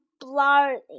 blaring